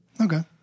okay